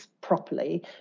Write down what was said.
properly